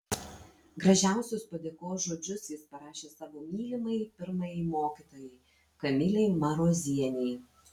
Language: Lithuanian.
gražiausius padėkos žodžius jis parašė savo mylimai pirmajai mokytojai kamilei marozienei